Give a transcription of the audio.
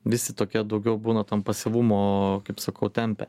visi tokia daugiau būna tam pasyvumo kaip sakau tempe